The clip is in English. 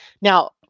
Now